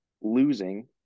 losing